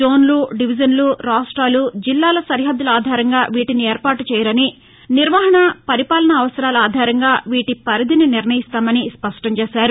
జోన్లు డివిజన్లు రాష్ట్రెలు జిల్లాల సరిహద్దుల ఆధారంగా వీటిని ఏర్పాటుచేయరని నిర్వహణ పరిపాలనా అవసరాల ఆధారంగా వీటి పరిధిని నిర్ణయిస్తామని స్పష్టంచేశారు